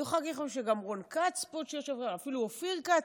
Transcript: גם רון כץ פה שיושב, ואפילו אופיר כץ,